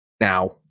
Now